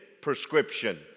prescription